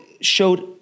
showed